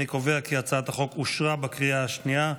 אני קובע כי הצעת החוק אושרה בקריאה השנייה.